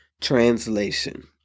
Translation